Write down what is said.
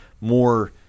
more